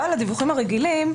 אבל הדיווחים הרגילים,